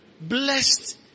Blessed